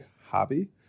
hobby